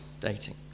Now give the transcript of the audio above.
dating